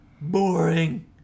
boring